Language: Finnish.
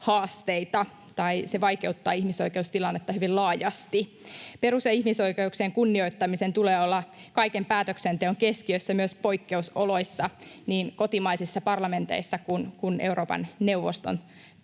tai se vaikeuttaa ihmisoikeustilannetta hyvin laajasti. Perus‑ ja ihmisoikeuksien kunnioittamisen tulee olla kaiken päätöksenteon keskiössä myös poikkeusoloissa niin kotimaisissa parlamenteissa kuin Euroopan neuvostonkin työssä.